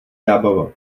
zábava